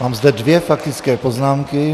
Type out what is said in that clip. Mám zde dvě faktické poznámky.